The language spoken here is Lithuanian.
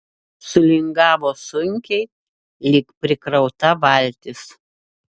sulingavo sunkiai lyg prikrauta valtis